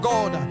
God